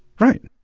right.